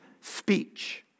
speech